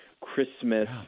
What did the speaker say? Christmas